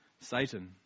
Satan